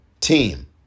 team